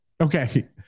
Okay